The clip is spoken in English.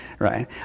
Right